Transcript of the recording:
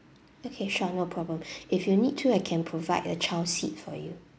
okay sure no problem if you need too I can provide the child seat for you